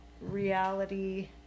reality